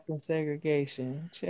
segregation